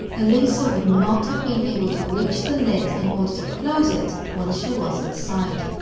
elisa would not have been able to reach the lid in order to close it once she was inside.